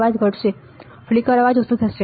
અવાજ ઘટશે ફ્લિકર અવાજ ઓછો થશે